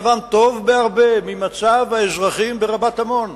מצבם טוב בהרבה ממצב האזרחים ברבת-עמון,